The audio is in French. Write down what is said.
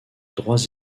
droits